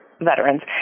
veterans